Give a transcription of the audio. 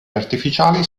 artificiali